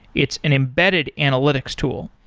it's an embedded analytics tool.